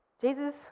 Jesus